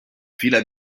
fila